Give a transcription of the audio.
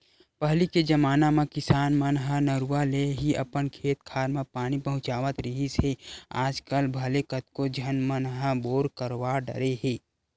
पहिली के जमाना म किसान मन ह नरूवा ले ही अपन खेत खार म पानी पहुँचावत रिहिस हे आजकल भले कतको झन मन ह बोर करवा डरे हे